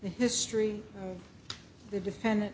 history and